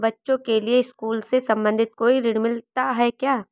बच्चों के लिए स्कूल से संबंधित कोई ऋण मिलता है क्या?